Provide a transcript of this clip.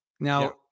Now